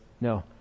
no